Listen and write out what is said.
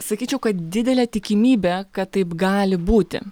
sakyčiau kad didelė tikimybė kad taip gali būti